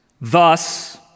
Thus